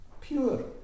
pure